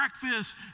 breakfast